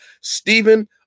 Stephen